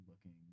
looking